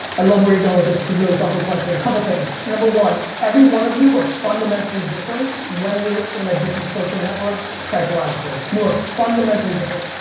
i love you're goin' with this, it's a really thoughtful question. couple things, number one. everyone of you are fundamentally different when you're in a different social network, psychologically. you are fundamentally different.